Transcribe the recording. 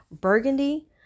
burgundy